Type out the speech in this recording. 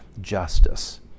justice